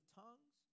tongues